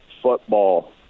football